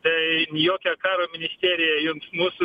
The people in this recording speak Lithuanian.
tai jokia karo ministerija jums mūsų